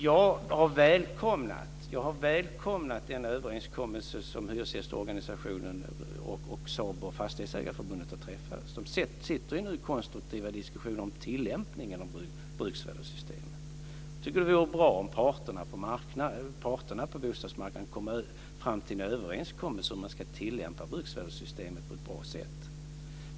Jag har välkomnat den överenskommelse som hyresgästorganisationen, SABO och Fastighetsägarförbundet har träffat. De sitter nu i konstruktiva diskussioner om tillämpningen av bruksvärdessystemet. Jag tycker att det vore bra om parterna på bostadsmarknaden kommer fram till en överenskommelse om man ska tillämpa bruksvärdessystemet på ett bra sätt.